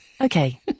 okay